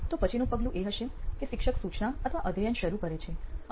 તો પછીનું પગલું એ હશે કે શિક્ષક સૂચના અથવા અધ્યયન શરૂ કરે છે અને